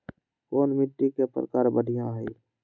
कोन मिट्टी के प्रकार बढ़िया हई?